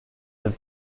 have